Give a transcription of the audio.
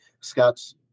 scott's